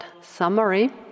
summary